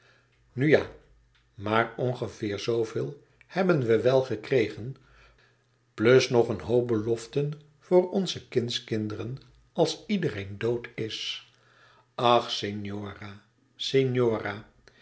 nu ja maar ongeveer zooveel hebben we wel gekregen plus nog een hoop beloften voor onze kindskinderen als iedereen dood is ach